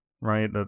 right